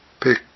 Pick